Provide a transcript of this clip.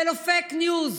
זה לא פייק ניוז,